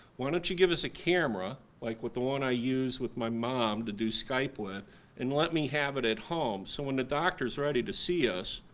why don't you give us a camera, like with the one i use with my mom to do skype with, and let me have it at home so when the doctor's ready to see us,